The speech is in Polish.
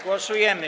Głosujemy.